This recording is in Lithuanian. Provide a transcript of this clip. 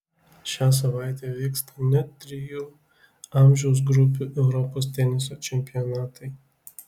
šią savaitę vyksta net trijų amžiaus grupių europos teniso čempionatai